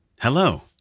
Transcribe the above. Hello